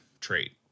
trait